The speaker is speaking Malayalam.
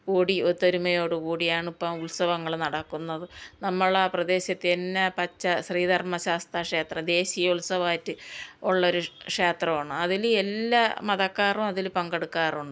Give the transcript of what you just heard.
ഓടി ഒത്തൊരുമയോടു കൂടിയാണിപ്പം ഇപ്പം ഉത്സവങ്ങൾ നടക്കുന്നത് നമ്മളാ പ്രദേശത്തു തന്നെ പച്ച ശ്രീ ധർമ്മ ശാസ്താ ക്ഷേത്രം ദേശീയോത്സവായിട്ടു ഉള്ളൊരു ക്ഷേത്രമാണ് അതിൽ എല്ലാ മതക്കാരും അതിൽ പങ്കെടുക്കാറുണ്ട്